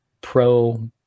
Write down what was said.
Pro